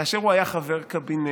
כאשר הוא היה חבר קבינט,